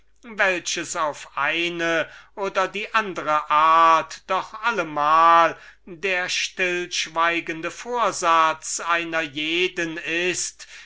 welches auf eine oder die andere art doch allemal der stillschweigende vorsatz einer jeden ist